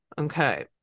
Okay